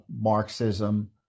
Marxism